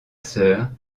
sœur